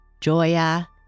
Joya